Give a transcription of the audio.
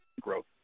growth